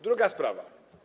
Druga sprawa.